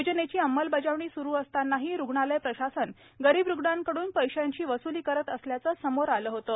योजनेची अंमलबजावणी स्रू असतानाही रुग्णालय प्रशासन गरीब रुग्णांकडून पैशांची वस्ली करत असल्याचं समोर आलं होतं